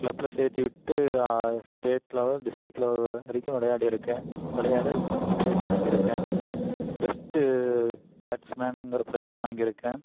க்ளப்ல சேர்த்தி விட்டு state level district level வரைக்கும் விளையாடியிருக்கேன் விளையாடு ஃபஸ்ட் ப்ரைஸ் வாங்கியிருக்கேன் ஃபஸ்ட்டு பேட்ஸ்மேனுங்கிற ப்ரைஸும் வாங்கியிருக்கேன்